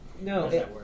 No